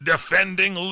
Defending